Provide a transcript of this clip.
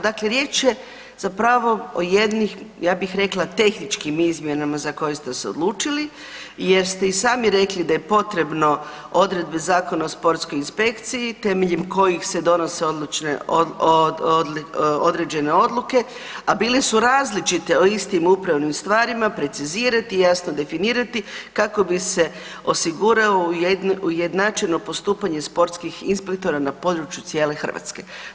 Dakle, riječ je zapravo o jednim ja bih rekla tehničkim izmjenama za koje ste se odlučili jer ste i sami rekli da je potrebno odredbe Zakona o sportskoj inspekciji temeljem kojih se donose odlične, određene odluke, a bile su različite o istim upravnim stvarima precizirati i jasno definirati kako bi se osiguralo ujednačeno postupanje sportskih inspektora na području cijele Hrvatske.